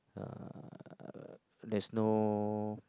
uh there's no